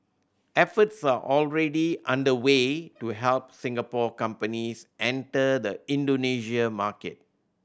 efforts are already underway to help Singapore companies enter the Indonesia market